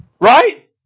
right